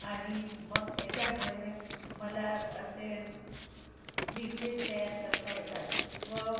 आणि मग त्याच्यामुळे मला असे डिशेस तयार करता येतात व